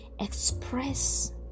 express